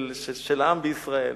של העם בישראל,